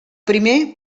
primer